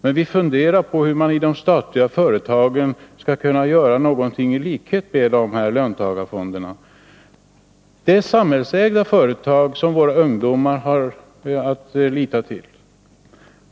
Men vi funderar på hur man skall kunna göra någonting liknande löntagarfonderna i de statliga företagen. Det är samhällsägda företag som våra ungdomar har att lita till.